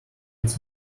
its